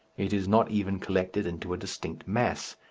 it is not even collected into a distinct mass.